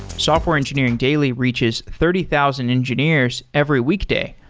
software engineering daily reaches thirty thousand engineers every week day,